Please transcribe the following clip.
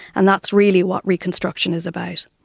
and that's really what reconstruction is about.